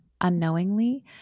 unknowingly